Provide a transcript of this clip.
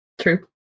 True